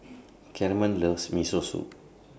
Carmen loves Miso Soup